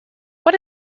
what